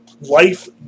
Life